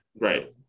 Right